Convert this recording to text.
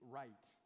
right